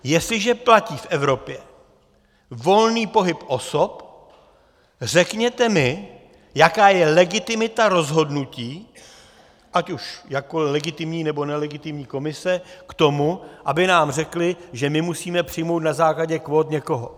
Jestliže platí v Evropě volný pohyb osob, řekněte mi, jaká je legitimita rozhodnutí ať už jakkoli legitimní, nebo nelegitimní Komise k tomu, aby nám řekli, že my musíme přijmout na základě kvót někoho.